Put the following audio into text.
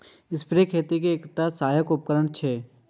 sprayer खेती के एकटा सहायक उपकरण छियै